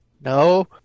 No